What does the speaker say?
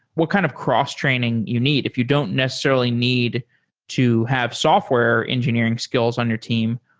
what kind of cross-training you need if you don't necessarily need to have software engineering skills on your team,